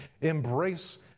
embrace